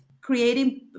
creating